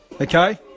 Okay